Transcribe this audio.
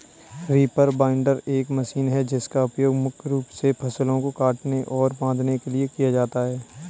reaper binder एक machine है जिसका उपयोग मुख्य रूप से फसलों को काटने और बांधने के लिए किया जाता है